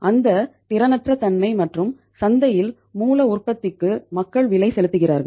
அந்த திறனற்ற தன்மை மற்றும் சந்தையில் மூல உற்பத்திக்கு மக்கள் விலை செலுத்துகிறார்கள்